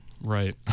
Right